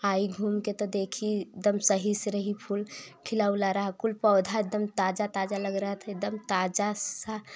आई घूम कर तो देखी एकदम सही से रही फूल खिला उला रहा फूल पौधा एकदम ताज़ ताज़ा लग रहा थे एकदम ताज़ा सा